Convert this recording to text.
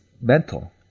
mental